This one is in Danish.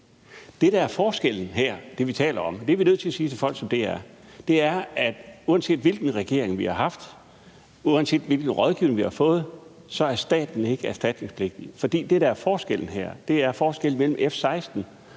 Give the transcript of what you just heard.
Det, der er forskellen her, og det, vi taler om, – og det er vi nødt til at sige til folk, som det er – er, at uanset hvilken regering vi har haft, og uanset hvilken rådgivning vi har fået, så fremgår det, at staten ikke er erstatningspligtig. Det, der er forskellen her, er forskellen mellem F-16